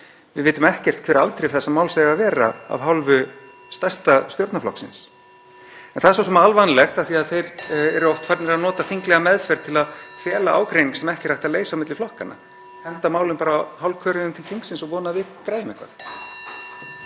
Við vitum ekkert hver afdrif þessa máls verða af hálfu stærsta stjórnarflokksins. En það er svo sem alvanalegt af því að þeir eru oft farnir að nota þinglega meðferð til að fela ágreining sem ekki er hægt að leysa á milli flokkanna, henda bara málum hálfköruðum til þingsins og vona að við græjum eitthvað.